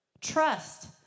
Trust